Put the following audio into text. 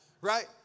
Right